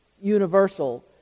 universal